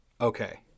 okay